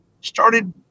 started